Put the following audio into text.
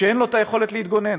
כשאין לו היכולת להתגונן.